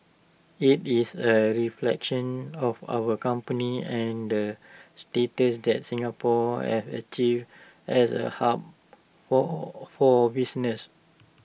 IT is A reflection of our company and the status that Singapore have achieved as A hub for for business